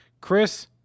Chris